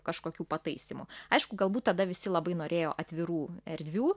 kažkokių pataisymų aišku galbūt tada visi labai norėjo atvirų erdvių